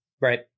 right